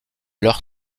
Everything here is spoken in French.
leur